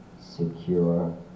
secure